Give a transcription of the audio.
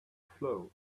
flaw